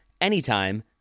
anytime